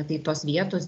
tai tos vietos